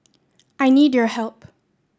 I need your help